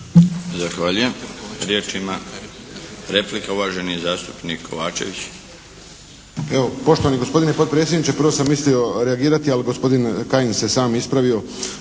Zahvaljujem. Riječ ima, replika uvaženi zastupnik Kovačević.